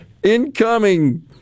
Incoming